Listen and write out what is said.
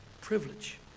privilege